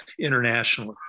internationally